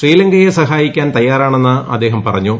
ശ്രീലങ്കയെ സഹായിക്കാൻ തയ്യാറാണെന്ന് അദ്ദേഹം പറഞ്ഞു